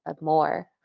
more